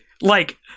like-